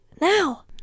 now